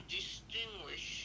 distinguish